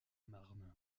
marne